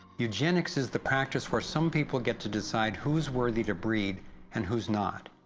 eugenics is the practice were some people get to decide, who's worthy to breed and who's not